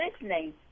listening